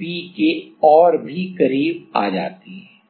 B के और भी करीब आ जाती है